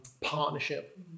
partnership